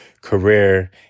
career